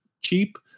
cheap